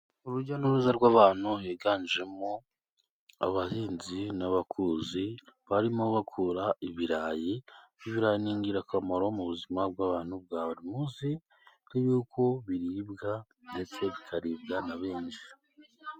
Urujya n’uruza rw’abantu, higanjemo abahinzi n’abakuzi, barimo bakura ibirayi. Ibirayi ni ingirakamaro mu buzima bw’abantu bwa buri munsi, kuko biribwa ndetse bikaribwa na benshi.